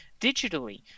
digitally